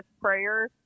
prayer